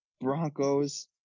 Broncos